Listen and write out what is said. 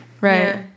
Right